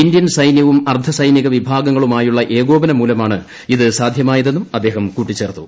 Indian സൈന്യവും അർദ്ധസൈനിക വിഭാഗ്രങ്ങ്ങളുമായുള്ള ഏകോപനം മൂലമാണ് ഇത് ന്റ്റ്ല്യമായതെന്നും അദ്ദേഹം കൂട്ടിച്ചേർത്തു